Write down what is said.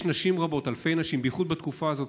יש נשים רבות, אלפי נשים, בייחוד בתקופה הזאת.